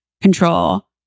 control